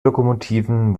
lokomotiven